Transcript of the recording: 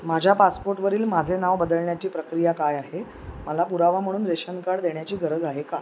माझ्या पासपोर्टवरील माझे नाव बदलण्याची प्रक्रिया काय आहे मला पुरावा म्हणून रेशन कार्ड देण्याची गरज आहे का